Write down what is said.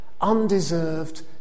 undeserved